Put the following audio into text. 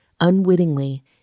Unwittingly